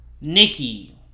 Nikki